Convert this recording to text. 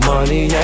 Money